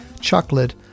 chocolate